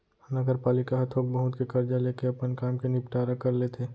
नगरपालिका ह थोक बहुत के करजा लेके अपन काम के निंपटारा कर लेथे